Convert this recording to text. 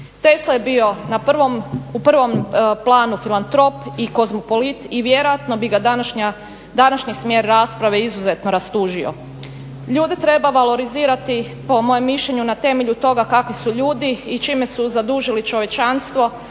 Tesla je bio u prvom planu filantropa i kozmopolit i vjerojatno bi ga današnji smjer rasprave izuzetno rastužio. Ljude treba valorizirati po mojem mišljenju na temelju toga kakvi su ljudi i čime su zadužili čovječanstvo,